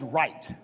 right